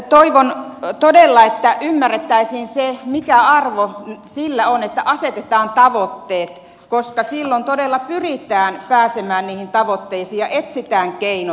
toivon todella että ymmärrettäisiin mikä arvo on sillä että asetetaan tavoitteet koska silloin todella pyritään pääsemään niihin tavoitteisiin ja etsitään keinot